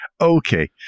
okay